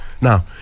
Now